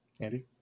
Andy